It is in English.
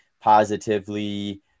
positively